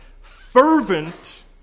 fervent